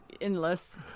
endless